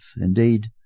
indeed